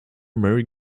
merry